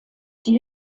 die